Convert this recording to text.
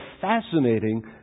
fascinating